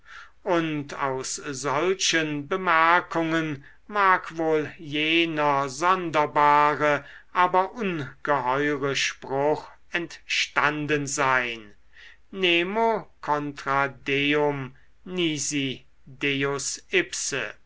und aus solchen bemerkungen mag wohl jener sonderbare aber ungeheure spruch entstanden sein nemo contra